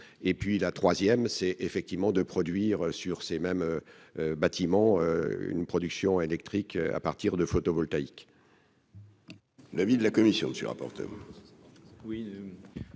et puis la 3ème, c'est effectivement de produire sur ces mêmes bâtiments une production électrique à partir de photovoltaïque. L'avis de la commission sur un portable, oui.